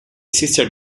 sister